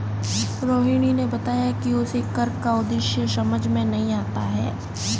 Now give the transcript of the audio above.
रोहिणी ने बताया कि उसे कर का उद्देश्य समझ में नहीं आता है